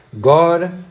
God